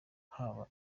haba